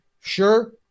Sure